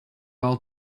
all